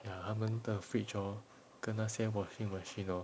ya 他们的 fridge hor 跟那些 washing machine hor